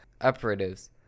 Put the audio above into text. operatives